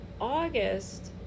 August